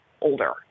older